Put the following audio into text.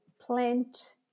plant